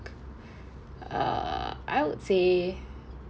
uh I would say